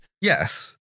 Yes